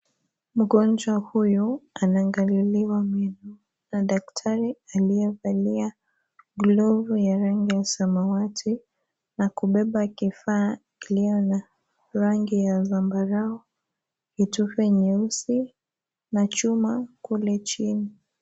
Mgonjwa huyu anaangaliliwa meno na daktari aliyevalia glovu ya rangi ya samawati na kubeba kifaa ulio na rangi ya zambarau uchufe nyeusi na chuma kule chini.